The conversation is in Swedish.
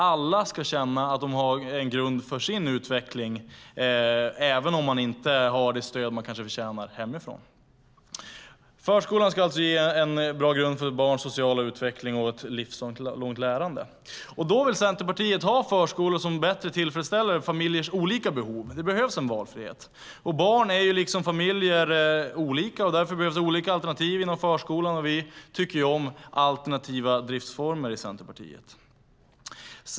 Alla ska känna att de får möjlighet att utvecklas även om de kanske inte har tillräckligt stöd hemifrån. Förskolan ska alltså ge en bra grund för barns sociala utveckling och ett livslångt lärande. Därför vill Centerpartiet ha förskolor som bättre tillfredsställer familjers olika behov. Det behövs valfrihet. Barn är, liksom familjer, olika, och därför behövs olika alternativ inom förskolan. Centerpartiet tycker ju om alternativa driftsformer.